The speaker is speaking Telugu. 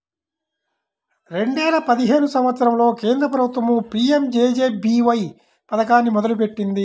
రెండేల పదిహేను సంవత్సరంలో కేంద్ర ప్రభుత్వం పీ.యం.జే.జే.బీ.వై పథకాన్ని మొదలుపెట్టింది